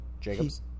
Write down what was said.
Jacobs